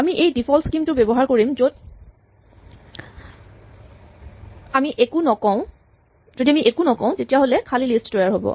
আমি এই default scheme টো ব্যৱহাৰ কৰিম য'ত আমি যদি একো নকওঁ তেতিয়াহ'লে খালী লিষ্ট তৈয়াৰ হ'ব